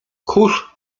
kurz